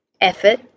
effort